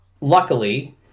Luckily